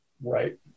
Right